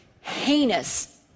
heinous